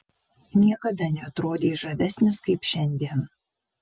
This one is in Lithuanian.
niekada neatrodei žavesnis kaip šiandien